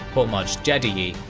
hormozd jadhuyih,